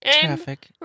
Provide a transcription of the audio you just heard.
traffic